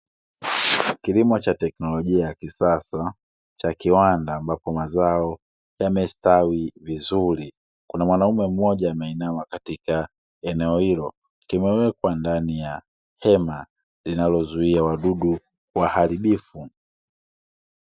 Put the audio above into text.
Kilimo cha teknolojia ya kisasa cha kiwanda ambapo mazao yamestawi vizuri, kuna mwanaume mmoja ameinama katika eneo hilo, kimewekwa ndani ya hema linalozuia wadudu waharibifu.